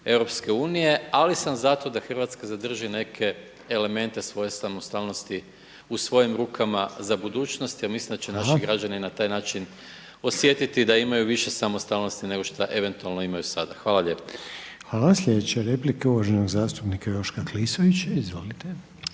višebrzinske EU ali sam za to da Hrvatska zadrži neke elemente svoje samostalnosti u svojim rukama za budućnost jer mislim da će naši građani na taj način osjetiti da imaju više samostalnosti nego šta eventualno imaju sada. Hvala lijepo. **Reiner, Željko (HDZ)** Hvala. Sljedeća replika je uvaženog zastupnika Joška Klisovića. Izvolite.